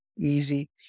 easy